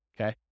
okay